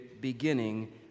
beginning